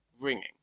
ringing